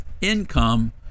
income